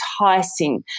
enticing